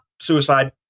Suicide